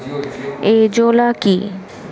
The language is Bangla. এজোলা কি?